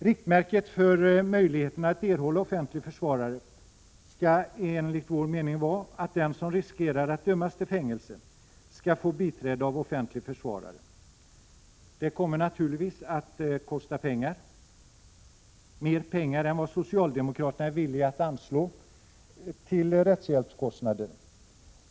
Riktmärket för möjligheterna att erhålla offentlig försvarare skall enligt vår mening vara, att den som riskerar att dömas till fängelse skall få biträde av offentlig försvarare. Det kommer naturligtvis att kosta pengar, mer pengar än vad socialdemokraterna är villiga att anslå till rättshjälpskostnader.